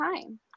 time